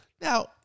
now